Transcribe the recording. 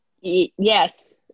Yes